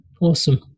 Awesome